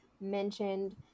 mentioned